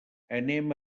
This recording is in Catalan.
anem